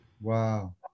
Wow